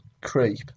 creep